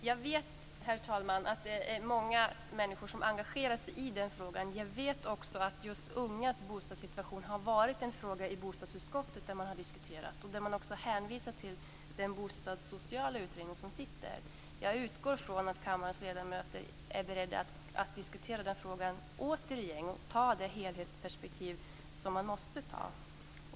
Herr talman! Jag vet att det är många människor som engagerar sig i den frågan. Jag vet också att just ungas bostadssituation har varit en fråga för bostadsutskottet där man har diskuterat den. Man har också hänvisat till den bostadssociala utredning som sitter. Jag utgår från att kammarens ledamöter är beredda att diskutera den frågan igen och har det helhetsperspektiv som man måste ha.